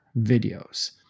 videos